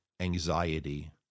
anxiety